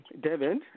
David